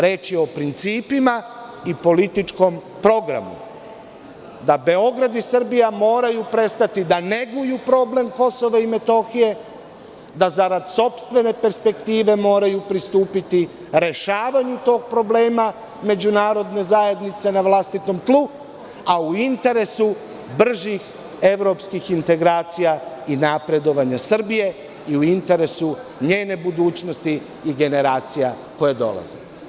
Reč je o principima i političkom programu, da Beograd i Srbija moraju prestati da neguju problem KiM, da zarad sopstvene perspektive moraju pristupiti rešavanju tog problema međunarodne zajednice na vlastitom tlu, a u interesu bržih evropskih integracija i napredovanja Srbije i u interesu njene budućnosti i generacija koje dolaze.